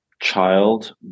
child